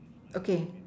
okay